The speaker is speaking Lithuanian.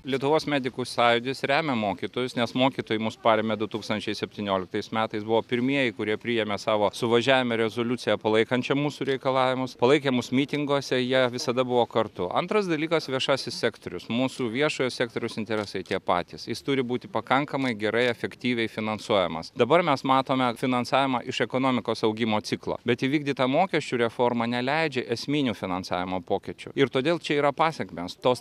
lietuvos medikų sąjūdis remia mokytojus nes mokytojai mus parėmė du tūkstančiai septynioliktais metais buvo pirmieji kurie priėmė savo suvažiavime rezoliuciją palaikančią mūsų reikalavimus palaikė mus mitinguose jie visada buvo kartu antras dalykas viešasis sektorius mūsų viešojo sektoriaus interesai tie patys jis turi būti pakankamai gerai efektyviai finansuojamas dabar mes matome finansavimą iš ekonomikos augimo ciklo bet įvykdyta mokesčių reforma neleidžia esminių finansavimo pokyčių ir todėl čia yra pasekmės tos